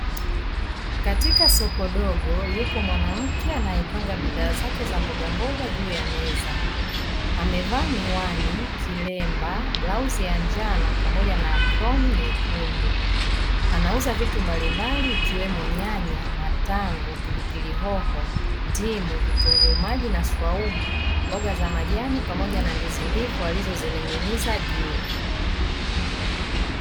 Katika soko dogo yupo mwanamke anayepanga bidhaa zake za mbogamboga juu ya meza, amevaa miwani, kilemba, blauzi ya njano pamoja na aproni nyekundu. Anauza vitu mbalimbali ikiwemo nyanya, matango, pilipili hoho, ndimu, vitunguu maji na swaumu, mboga za majani pamoja na ndizi mbivu alizo zining'iniza juu.